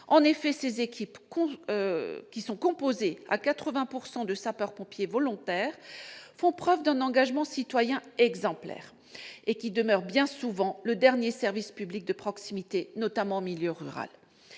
En effet, ces équipes, composées à 80 % de sapeurs-pompiers volontaires, font preuve d'un engagement citoyen exemplaire, et demeurent bien souvent le dernier service public de proximité, notamment en milieu rural.